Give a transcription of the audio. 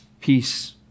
peace